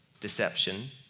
deception